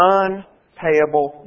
unpayable